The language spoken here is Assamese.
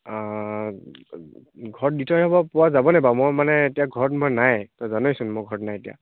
ঘৰত দি থৈ আহিব পৰা যাব নাই বাৰু মই মানে এতিয়া ঘৰত মই নাই তই জানই চোন মই ঘৰত নাই এতিয়া